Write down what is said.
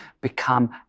become